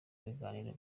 biganiro